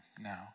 now